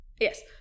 Yes